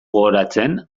gogoratzen